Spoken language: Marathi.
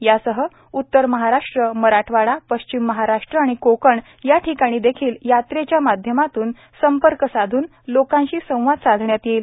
यासह उत्तर महाराष्ट्र मराठवाडा पश्चिम महाराष्ट्र आणि कोकण याठिकाणी देखील यात्रेच्या माध्यमातून संपर्क साधून लोकांशी संवाद साधण्यात येईल